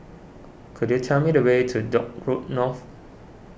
could you tell me the way to Dock Road North